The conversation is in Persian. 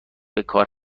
بکار